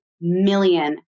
million